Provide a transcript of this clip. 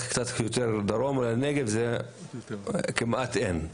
ואם נלך קצת יותר דרומה לנגב כמעט ואין.